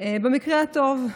במקרה הטוב,